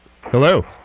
hello